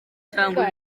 cyangwa